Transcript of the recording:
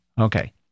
okay